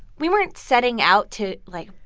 we weren't setting out to, like,